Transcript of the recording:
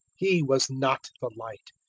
he was not the light,